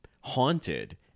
haunted